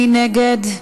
מי נגד?